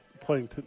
playing